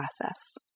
process